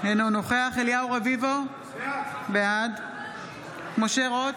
אינו נוכח אליהו רביבו, בעד משה רוט,